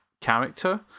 character